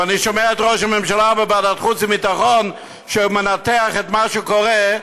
ואני שומע את ראש הממשלה בוועדת החוץ והביטחון שמנתח את מה שקורה,